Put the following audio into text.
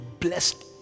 blessed